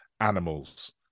animals